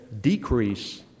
decrease